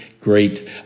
great